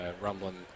rumbling